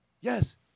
Yes